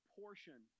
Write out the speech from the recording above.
portion